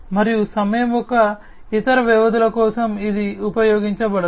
మరియు సమయం యొక్క ఇతర వ్యవధుల కోసం ఇది ఉపయోగించబడదు